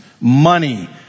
money